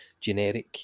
generic